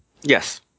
Yes